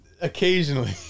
Occasionally